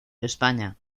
españa